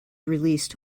released